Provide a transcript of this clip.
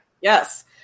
Yes